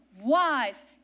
wise